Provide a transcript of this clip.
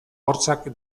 hortzak